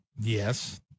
Yes